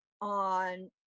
on